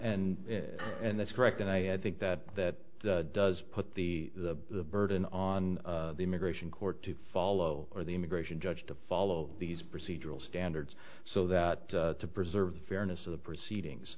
and and that's correct and i had think that that does put the burden on the immigration court to follow or the immigration judge to follow these procedural standards so that to preserve the fairness of the proceedings